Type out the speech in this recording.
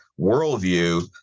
worldview